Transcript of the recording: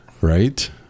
right